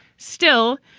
still,